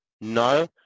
No